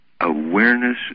Awareness